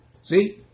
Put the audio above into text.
See